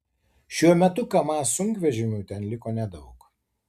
šiuo metu kamaz sunkvežimių ten liko nedaug